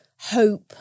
hope